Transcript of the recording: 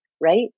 right